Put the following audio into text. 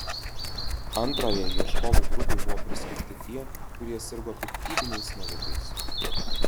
antrajai ieškovų grupei buvo priskirti tie kurie sirgo piktybiniais navikais